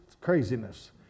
craziness